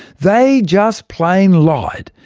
they just plain lied,